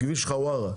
כביש חווארה,